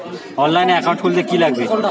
অনলাইনে একাউন্ট খুলতে কি কি লাগবে?